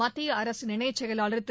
மத்திய அரசின் இணைச் செயலாளர் திரு